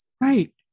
Right